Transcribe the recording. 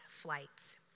flights